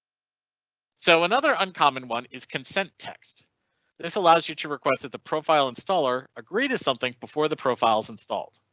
so another uncommon one is consent text this allows you to request that the profile installer agree to something before the profiles installed.